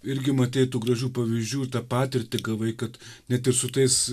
irgi matei tų gražių pavyzdžių tą patirtį gavai kad net ir su tais